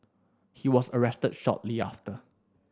he was arrested shortly after